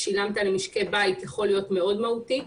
שילמת למשקי בית יכול להיות מאוד מהותי.